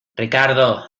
ricardo